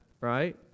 right